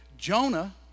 Jonah